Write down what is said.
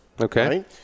Okay